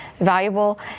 valuable